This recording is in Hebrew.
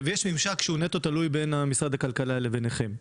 ויש ממשק שהוא נטו תלוי בין משרד הכלכלה לבינכם.